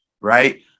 right